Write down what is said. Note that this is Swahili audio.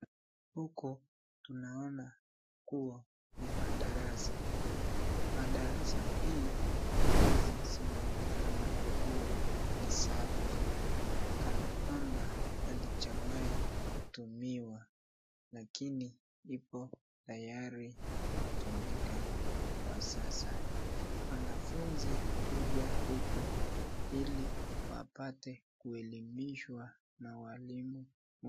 Huku tunaona kuwa ni madarasa, madarasa hizi zinaonekana kuwa ni safi kana kwamba halijawahi kutumiwa lakini ipo tayari kutumika kwa sasa. Wanafunzi huja huku ili wapate kuelimishwa na walimu.